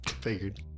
Figured